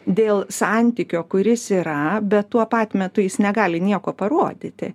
dėl santykio kuris yra bet tuo pat metu jis negali nieko parodyti